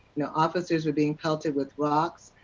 you know officers were being pelted with rocks,